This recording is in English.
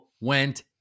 went